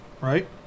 right